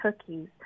cookies